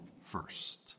first